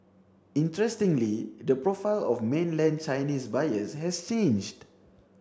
interestingly the profile of mainland Chinese buyers has changed